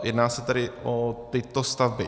Jedná se tedy o tyto stavby: